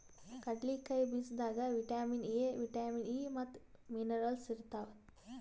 ಕಡ್ಲಿಕಾಯಿ ಬೀಜದಾಗ್ vitamin A, vitamin E ಮತ್ತ್ ಮಿನರಲ್ಸ್ ಇರ್ತವ್